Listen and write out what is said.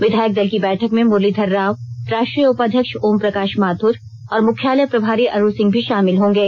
विधायक दल की बैठक में मुरलीधर राव राष्ट्रीय उपाध्यक्ष ओमप्रकाश माथुर और मुख्यालय प्रभारी अरुण सिंह भी शामिल होंगे